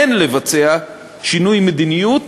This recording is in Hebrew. אין לבצע שינוי מדיניות